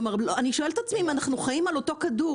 כלומר, אני שואלת את עצמי אם אנחנו חיים על כדור.